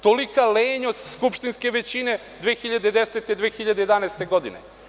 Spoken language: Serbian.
Tolika lenjost skupštinske većine 2010, 2011. godine.